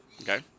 Okay